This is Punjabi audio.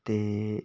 ਅਤੇ